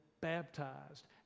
baptized